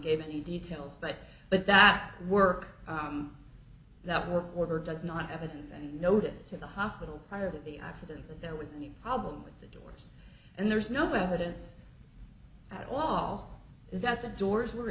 gave any details but but that work that were ordered does not evidence and notice to the hospital prior to the accident that there was any problem with the doors and there's no evidence at all that the doors were